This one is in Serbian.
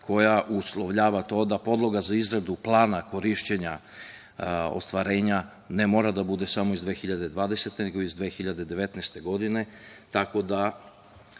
koja uslovljava to da podloga za izradu plana korišćenja ostvarenja ne mora da bude samo iz 2020, nego i iz 2019. godine,